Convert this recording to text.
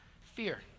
Fear